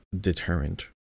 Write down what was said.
deterrent